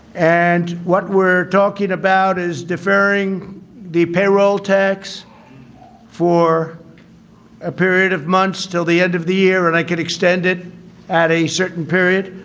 and what we're talking about is deferring the payroll tax for a period of months until the end of the year. and i can extend it at a certain period.